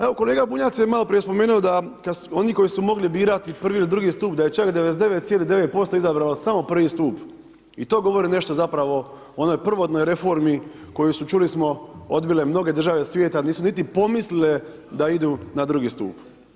Evo kolega Bunjac je malo prije spomenuo da oni koji su mogli birati prvi ili drugi stup da je čak 99,9% izabralo samo prvi stup i to govori nešto zapravo o onoj prvotnoj reformi koju su, čuli smo, odbile mnoge države svijeta, nisu niti pomislile da idu na drugi stup.